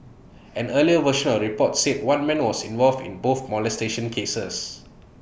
an earlier version of the report said one man was involved in both molestation cases